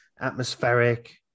atmospheric